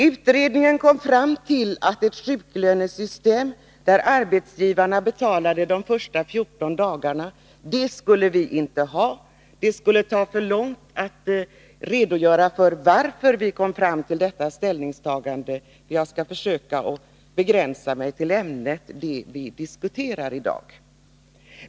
Utredningen kom fram till att ett sjuklönesystem där arbetsgivarna betalade de första 14 dagarna skulle vi inte ha. Det skulle föra för långt att redogöra för varför vi kom fram till detta ställningstagande, och jag skall försöka begränsa mig till ämnet, det vi diskuterar i dag.